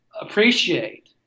appreciate